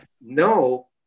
no